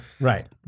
Right